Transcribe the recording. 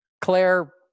Claire